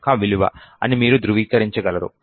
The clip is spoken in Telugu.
యొక్క విలువ అని మీరు ధృవీకరించగలరు